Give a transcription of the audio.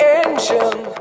engine